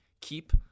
keep